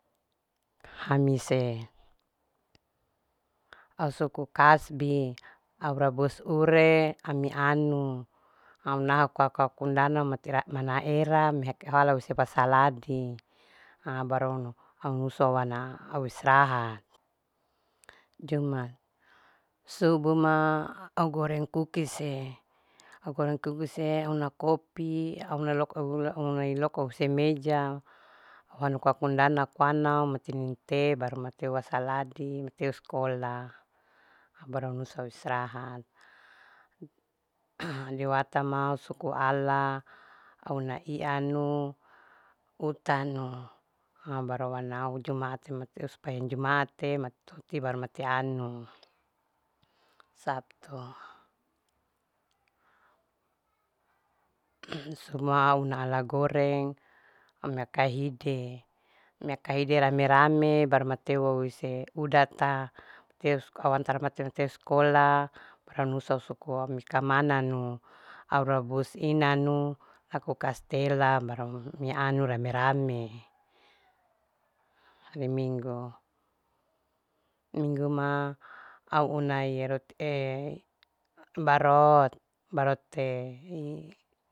Hamise au suku kasbi au rabus ure ami anu au naho koaka kundana mati ra mana era me hala wise wasaladi ha baru nu au nusu auana au istirahat. Jumat subuh ma au goreng kukise, au goreng kukise au una kopi. au una loko gula, au una loko ise meja au una koako ndana koana mate minum te baru mate wasaladi mateu skola baru au nusu istrahat dewata ma suku ala au una ianu utanu baru anau jumate, mate sumbayang jumate mate uti mate anu. Sabtu suma'a au una ala goreng ame kahide, meka hide rame-rame baru mateu wouse udata tau suka antara mateu, mateu skola baru au nusua sekola mi kamana nu au rabus inanu au kastela baru ami anu rame-rame. Hari minggu, minggu ma au una roti barot barotte.